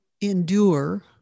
endure